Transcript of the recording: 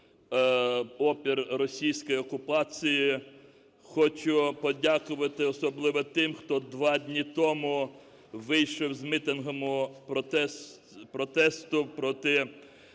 опір російській окупації. Хочу подякувати особливо тим, хто 2 дні тому вийшов з мітингом протесту проти